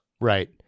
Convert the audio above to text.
Right